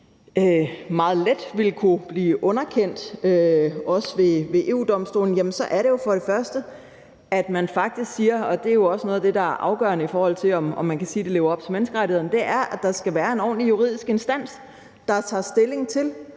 meget let vil kunne blive underkendt, også ved EU-Domstolen, så er det f.eks., at man faktisk siger – og det er jo også noget af det, der er afgørende, i forhold til om man kan sige, at det lever op til menneskerettighederne – at der skal være en ordentlig juridisk instans, der tager stilling til,